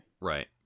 Right